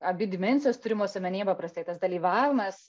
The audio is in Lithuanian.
abi dimensijos turimos omenyje paprastai tas dalyvavimas